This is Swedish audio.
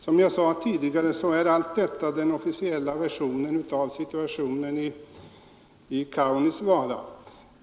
Fru talman! Som jag sade tidigare är allt detta den officiella versionen av situationen i Kaunisvaara.